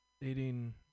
dating